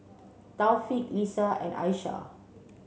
Taufik Lisa and Aishah